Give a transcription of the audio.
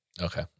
Okay